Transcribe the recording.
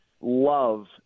love